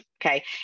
Okay